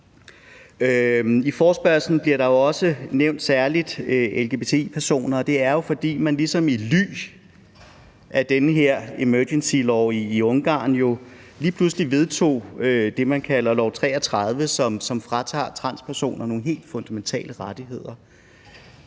I forespørgslen bliver der jo også nævnt særlig lgbti-personer, og det var jo, fordi man ligesom i ly af den her emergency law i Ungarn lige pludselig vedtog det, man kalder lov 33, som fratager transpersoner nogle helt fundamentale rettigheder.